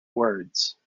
words